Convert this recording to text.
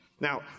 Now